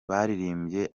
baririmbye